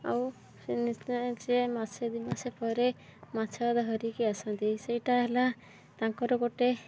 ଆଉ ସେ ନିଶ୍ଚୟ ମାସେ ଦୁଇ ମାସ ପରେ ମାଛ ଧରିକି ଆସନ୍ତି ସେଇଟା ହେଲା ତାଙ୍କର ଗୋଟେ